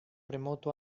remoto